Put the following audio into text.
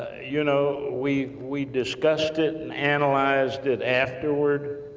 you know, we we discussed it, and analyzed it afterward,